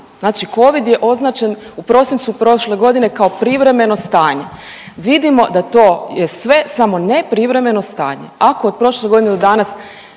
Znači covid je označen u prosincu prošle godine kao privremeno stanje, vidimo da je to sve samo ne privremeno stanje. Ako je od prošle godine do danas